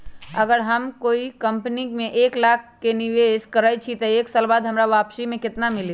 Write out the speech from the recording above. अगर हम कोई कंपनी में एक लाख के निवेस करईछी त एक साल बाद हमरा वापसी में केतना मिली?